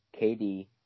KD